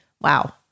Wow